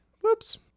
Whoops